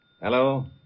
Hello